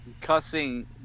cussing